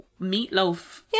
meatloaf